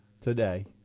today